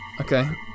Okay